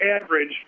average